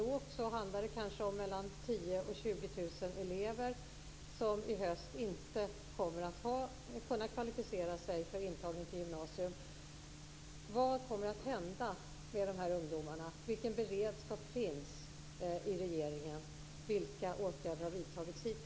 Lågt räknat kan det handla om 10 000-20 000 elever som i höst inte kommer att kunna kvalificera sig för intagning i gymnasiet.